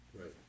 Right